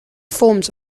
forms